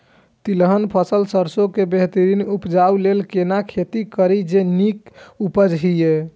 तिलहन फसल सरसों के बेहतरीन उपजाऊ लेल केना खेती करी जे नीक उपज हिय?